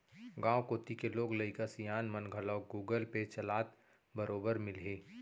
गॉंव कोती के लोग लइका सियान मन घलौ गुगल पे चलात बरोबर मिलहीं